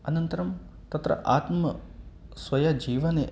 अनन्तरं तत्र आत्मस्वयजीवने